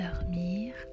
dormir